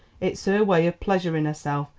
it's her way of pleasuring herself.